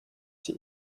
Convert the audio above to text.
sie